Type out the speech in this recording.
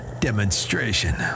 demonstration